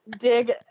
dig